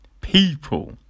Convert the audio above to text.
People